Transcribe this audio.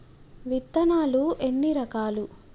విత్తనాలు ఎన్ని రకాలు?